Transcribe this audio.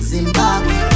Zimbabwe